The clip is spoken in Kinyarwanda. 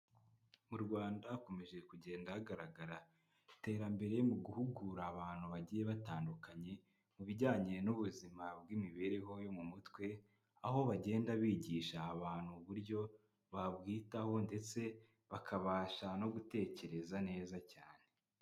Mu Rwanda hakomeje kugenda hagaragara iterambere mu guhugura abantu bagiye batandukanye, mu bijyanye n'ubuzima bw'imibereho yo mu mutwe, aho bagenda bigisha abantu uburyo babwitaho, ndetse bakabasha no gutekereza neza cyane.